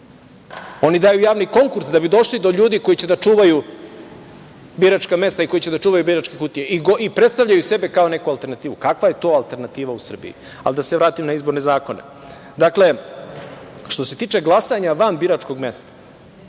Oni daju javni konkurs da bi došli do ljudi koji će da čuvaju biračka mesta i koji će da čuvaju biračke kutije i predstavljaju sebe kao neku alternativu. Kakva je to alternativa u Srbiji? Da se vratim na izborne zakone. Dakle, što se tiče glasanja van biračkog mesta